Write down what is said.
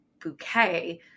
bouquet